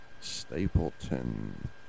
Stapleton